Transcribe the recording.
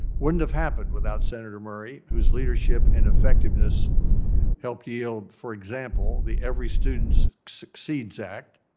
wouldn't have happened without senator murray whose leadership and effectiveness helped yield, for example, the every student succeeds act,